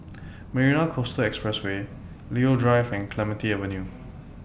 Marina Coastal Expressway Leo Drive and Clementi Avenue